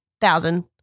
thousand